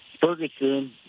Ferguson